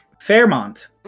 Fairmont